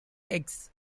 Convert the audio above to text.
eggs